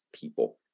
people